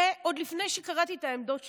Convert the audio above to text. זה עוד לפני שקראת את העמדות שלו,